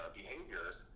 behaviors